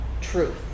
truth